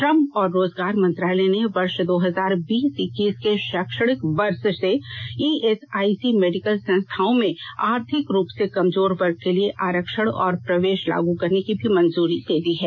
श्रम और रोजगार मंत्रालय ने वर्ष दो हजार बीस इक्कीस के शैक्षणिक वर्ष से ईएसआईसी मेडिकल संस्थाओं में आर्थिक रूप से कमजोर वर्ग के लिए आरक्षण और प्रवेश लागू करने की भी मंजूरी दे दी है